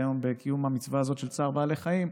היום בקיום המצווה הזאת של צער בעלי חיים.